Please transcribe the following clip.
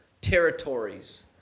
territories